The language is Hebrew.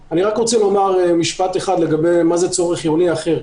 לגבי מה זה צורך חיוני אחר,